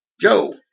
Joe